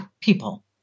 people